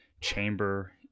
chamber